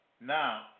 Now